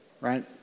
right